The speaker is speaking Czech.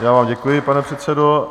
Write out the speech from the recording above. Já vám děkuji, pane předsedo.